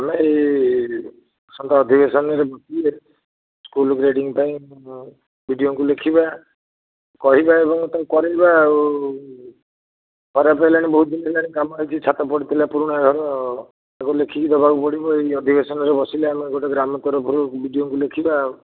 ଆମେ ସଂଘ ଅଧିବେଶନରେ ବସିଲେ ସ୍କୁଲ ଗ୍ରେଡ଼ିଙ୍ଗ ପାଇଁ ବି ଡ଼ି ଓ ଙ୍କୁ ଲେଖିବା କହିବା ଏବଂ ତାକୁ କରାଇବା ଆଉ ଖରାପ ହେଲାଣି ବହୁତ ଦିନ ହେଲାଣି କାମ ହୋଇଛି ଛାତ ପଡ଼ିଥିଲା ପୁରୁଣା ଘର ତାଙ୍କୁ ଲେଖିକି ଦେବାକୁ ପଡ଼ିବ ଏହି ଅଧିବେଶନରେ ବସିଲେ ଆମେ ଗୋଟିଏ ଗ୍ରାମ ତରଫରୁ ବି ଡ଼ି ଓ ଙ୍କୁ ଲେଖିବା ଆଉ